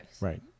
Right